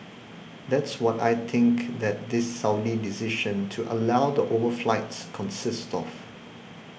that's what I think that this Saudi decision to allow the overflights consists of